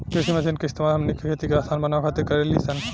कृषि मशीन के इस्तेमाल हमनी के खेती के असान बनावे खातिर कारेनी सन